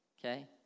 okay